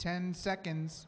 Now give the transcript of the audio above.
ten seconds